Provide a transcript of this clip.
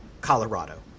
Colorado